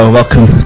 welcome